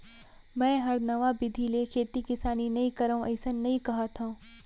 मैं हर नवा बिधि ले खेती किसानी नइ करव अइसन नइ कहत हँव